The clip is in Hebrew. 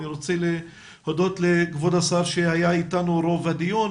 אני רוצה להודות לכבוד השר שהיה איתנו רוב הדיון,